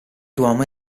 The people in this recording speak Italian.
duomo